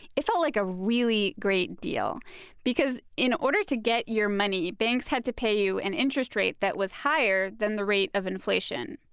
it felt like a really great deal because in order to get your money, banks had to pay you an interest rate that was higher than the rate of inflation.